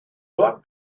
dort